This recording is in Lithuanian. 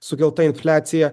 sukelta infliacija